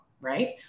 Right